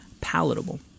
palatable